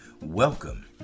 Welcome